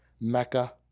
mecca